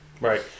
Right